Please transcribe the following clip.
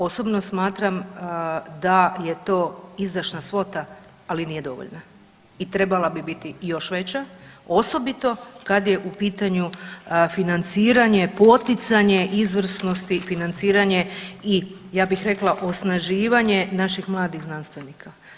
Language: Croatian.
Osobno smatram da je to izdašna svota ali nije dovoljna i trebala bi biti još veća osobito kad je u pitanju financiranje, poticanje izvrsnosti i financiranje i ja bih rekla osnaživanje naših mladih znanstvenika.